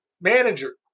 manager